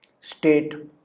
state